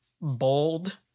bold